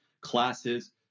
classes